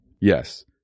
Yes